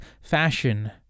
fashion